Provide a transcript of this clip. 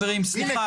הנה,